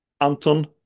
Anton